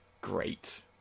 great